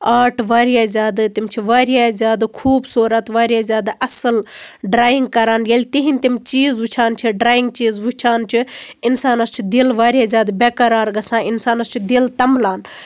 art واریاہ زیادٕ تِم چھِ واریاہ زیادٕ خوٗبصوٗرت واریاہ زیادٕ اَصٕل ڈریِنگ کران ییٚلہِ تِہِنٛدۍ تِم چیٖز وُچھان چھِ ڈریِنگ چیٖز وُچھان چھِ اِنسانَس چھُ دِل واریاہ زیادٕ بےٚ کَرار گژھان اِنسانَس چھُ دِل تَمبلان یعنی